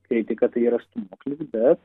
kritika tai yra stūmoklis bet